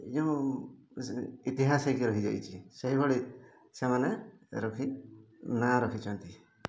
ଏ ଯେଉଁ ଇତିହାସ ହେଇକି ରହିଯାଇଛି ସେହିଭଳି ସେମାନେ ରଖି ନାଁ ରଖିଛନ୍ତି